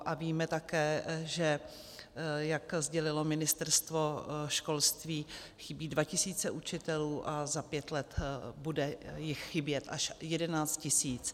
A víme také, že jak sdělilo Ministerstvo školství, chybí 2 tisíce učitelů a za pět let jich bude chybět až 11 tisíc.